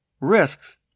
Risks